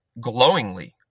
glowingly